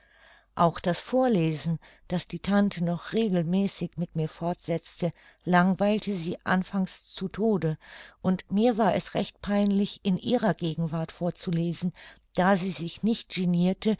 auch das vorlesen das die tante noch regelmäßig mit mir fortsetzte langweilte sie anfangs zu tode und mir war es recht peinlich in ihrer gegenwart vorzulesen da sie sich nicht genirte